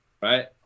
right